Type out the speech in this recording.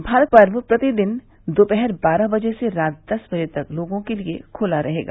भारत पर्व प्रतिदिन दोपहर बारह बजे से रात दस बजे तक लोगों के लिए खुला रहेगा